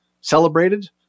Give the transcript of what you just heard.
celebrated